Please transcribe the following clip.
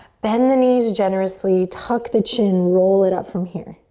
bend the knees generously, tuck the chin, roll it up from here.